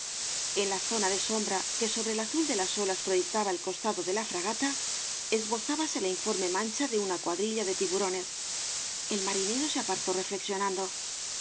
en la zona de sombra que sobre el azul de las olas proyectaba el costado de la fragata esbozábase la informe mancha de una cuadrilla de tiburones el marinero se apartó reflexionando